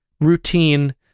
routine